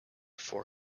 for